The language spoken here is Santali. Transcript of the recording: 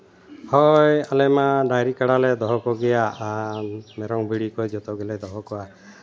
ᱦᱳᱭ ᱟᱞᱮ ᱢᱟ ᱰᱟᱹᱝᱨᱤ ᱠᱟᱰᱟ ᱞᱮ ᱫᱚᱦᱚ ᱠᱚᱜᱮᱭᱟ ᱟᱨ ᱢᱮᱨᱚᱢ ᱵᱷᱤᱰᱤ ᱠᱚ ᱡᱚᱛᱚ ᱜᱮᱞᱮ ᱫᱚᱦᱚ ᱠᱚᱣᱟ